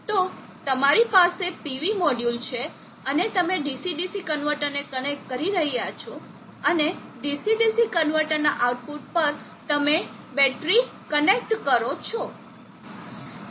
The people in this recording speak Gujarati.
તો તમારી પાસે PV મોડ્યુલ છે અને તમે DC DC કન્વર્ટરને કનેક્ટ કરી રહ્યાં છો અને DC DC કન્વર્ટરના આઉટપુટ પર તમે બેટરીને કનેક્ટ કરો છો